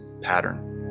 pattern